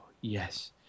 yes